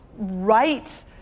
Right